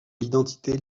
l’identité